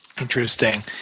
Interesting